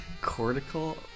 Cortical